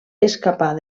escapar